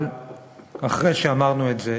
אבל אחרי שאמרנו את זה,